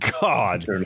God